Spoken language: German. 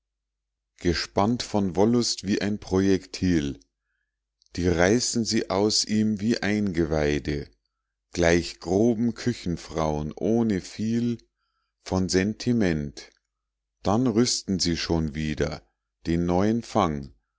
gespannt von wollust wie ein projektil die reißen sie aus ihm wie eingeweide gleich groben küchenfrauen ohne viel von sentiment dann rüsten sie schon wieder den neuen fang